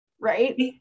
right